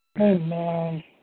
Amen